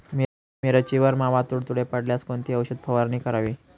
मिरचीवर मावा, तुडतुडे पडल्यास कोणती औषध फवारणी करावी?